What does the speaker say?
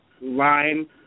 line